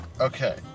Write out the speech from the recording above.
Okay